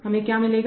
हमें क्या मिलेगा